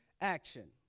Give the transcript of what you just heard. action